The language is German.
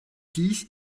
dies